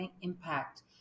impact